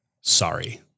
Sorry